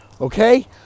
okay